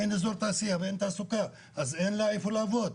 אין אזור תעשיה ואין תעסוקה אז אין לה איפה לעבוד.